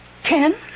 Ken